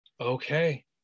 Okay